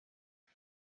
one